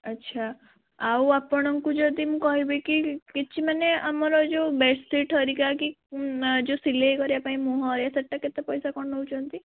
ଆଚ୍ଛା ଆଉ ଆପଣଙ୍କୁ ଯଦି ମୁଁ କହିବି କି କିଛି ମାନେ ଆମର ଏ ଯେଉଁ ବେଡ଼୍ସିଟ୍ ହେରିକା କି ଯେଉଁ ସିଲାଇ କରିବା ପାଇଁ ମୁହଁରେ ସେଇଟା କେତେ ପଇସା କ'ଣ ନେଉଛନ୍ତି